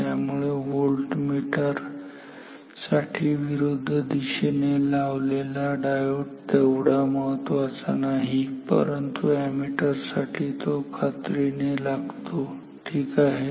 त्यामुळे व्होल्टमीटर साठी विरुद्ध दिशेने लावलेला डायोड तेवढा महत्त्वाचा नाही परंतु अॅमीटर साठी तो खात्रीने लागतो ठीक आहे